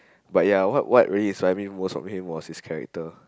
but ya what really inspire me most of him was his character